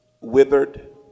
withered